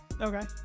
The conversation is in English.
Okay